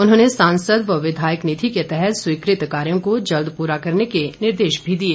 उन्होंने सांसद व विधायक निधि के तहत स्वीकृत कार्यों को जल्द पूरा करने के निर्देश भी दिए